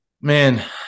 Man